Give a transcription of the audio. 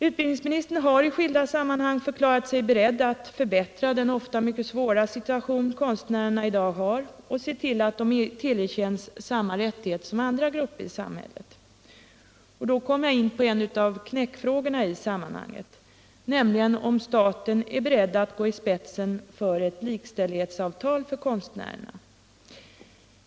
Utbildningsministern har i skilda sammanhang förklarat sig beredd att förbättra den ofta mycket svåra situation som konstnärerna i dag befinner sig i och se till att de tillerkänns samma rättigheter som andra grupper i samhället. 35 Och då kommer jag in på en av knäckfrågorna i sammanhanget, nämligen om staten är beredd att gå i spetsen för ett likställighetsavtal för konstnärerna.